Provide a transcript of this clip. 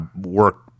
work